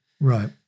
Right